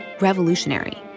revolutionary